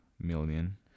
million